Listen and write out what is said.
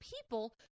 people